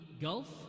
Gulf